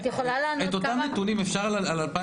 את אותם נתונים אפשר על 2020?